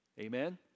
Amen